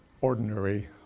ordinary